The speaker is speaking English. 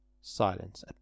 Silence